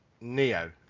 Neo